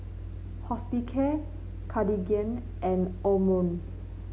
Hospicare Cartigain and Omron